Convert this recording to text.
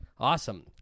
Awesome